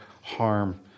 harm